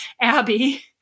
Abby